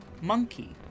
monkey